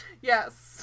Yes